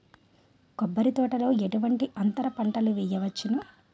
కొబ్బరి తోటలో ఎటువంటి అంతర పంటలు వేయవచ్చును?